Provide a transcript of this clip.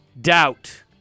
doubt